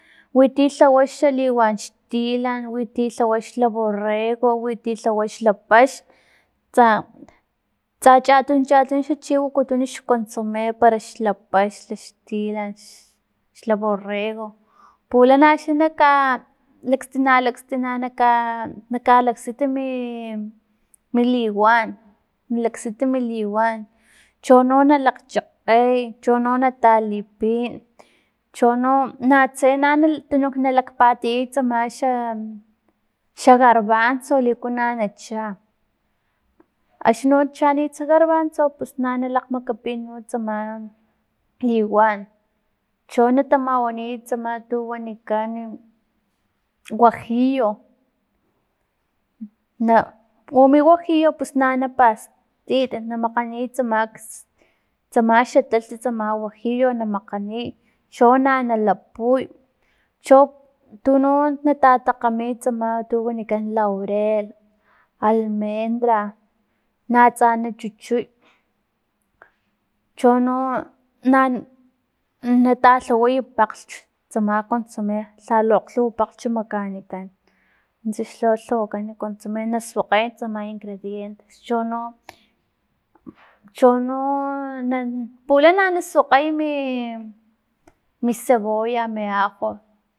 Winti lhawa xa liwan xtilan, winti lhawa xla borrego, winti lhawa xlapaxn, tsa tsa chatun chatun xa chi wakutun xconsome paraxla paxn xla xtilan xlaborrego pulana xa naka lakstina lakstina naka naka laksita mi- miliwan nalaksita mi liwan chono nalakgchakgey, chono natalipin, chono natse na tununk na patiyay tsama xa- xa garbanzo, liku no xa na cha axni no chanitsa garbanzo pus na lakgmakapin no tsama liwan, cho natamawaniy tsama tu wanikan guajiyo, na u mi guajiyo na napastit na makganiy tsama tsama xa talhts tsama guajiyo na makganiy cho na nalapuy cho tuno nata takgami tsama tu wanikan laurel, almendra, natsa nachuchuy chono na- natalhaway pakglhch tsama consome, lhalu akglhuwa pakglhch makanikan nuntsa xa lhawakan consome na suakgay tsama ingredientes chono- chono na pulana na suakgay mi- mi cebolla, mi ajo.